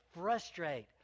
frustrate